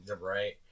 Right